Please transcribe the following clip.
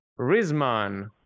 Rizman